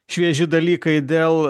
švieži dalykai dėl